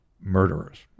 murderers